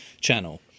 channel